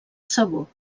sabor